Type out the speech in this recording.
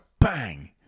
bang